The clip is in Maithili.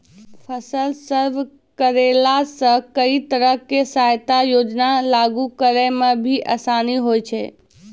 फसल सर्वे करैला सॅ कई तरह के सहायता योजना लागू करै म भी आसानी होय छै